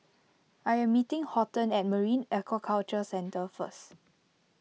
I am meeting Horton at Marine Aquaculture Centre first